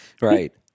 Right